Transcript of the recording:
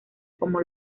como